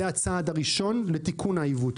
זה הצעד הראשון לתיקון העיוות.